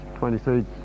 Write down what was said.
23